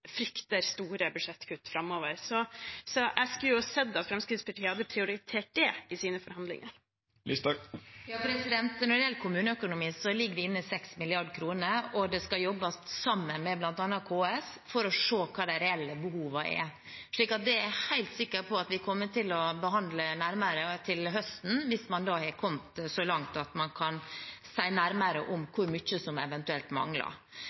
frykter store budsjettkutt framover. Jeg skulle gjerne sett at Fremskrittspartiet hadde prioritert det i sine forhandlinger. Når det gjelder kommuneøkonomien, ligger det inne 6 mrd. kr, og det skal jobbes sammen med bl.a. KS for å se hva de reelle behovene er. Så det er jeg helt sikker på at vi kommer til behandle nærmere til høsten, hvis man da har kommet så langt at man kan si noe nærmere om hvor mye som eventuelt mangler.